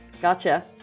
gotcha